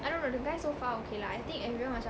I don't know the guy so far okay lah I think everyone macam